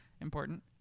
important